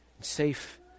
safe